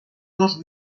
dos